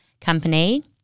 company